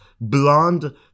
blonde